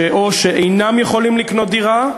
שאו שאינם יכולים לקנות דירה,